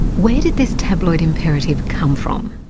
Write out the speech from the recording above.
where did this tabloid imperative come from?